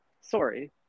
sorry